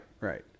Right